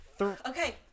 Okay